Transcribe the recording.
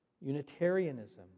Unitarianism